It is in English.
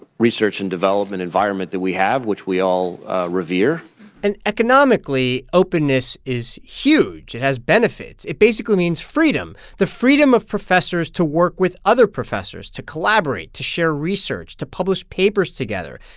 research and development environment that we have, which we all revere and economically, openness is huge. it has benefits. it basically means freedom the freedom of professors to work with other professors, to collaborate, to share research, to publish papers together.